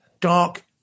Dark